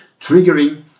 triggering